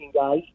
guys